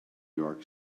york